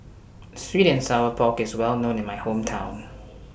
Sweet and Sour Pork IS Well known in My Hometown